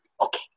Okay